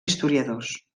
historiadors